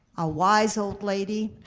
a wise old lady.